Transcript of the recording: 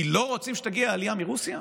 כי לא רוצים שתגיע עלייה מרוסיה?